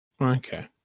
Okay